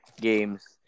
games